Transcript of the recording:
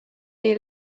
des